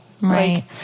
right